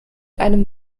einem